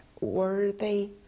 worthy